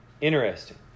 Interesting